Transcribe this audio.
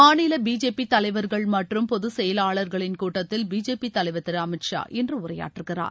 மாநில பிஜேபி தலைவர்கள் மற்றும் பொதுச் செயலாளர்களின் கூட்டத்தில் பிஜேபி தலைவர் திரு அமீத் ஷா இன்று உரையாற்றுகிறார்